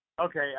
Okay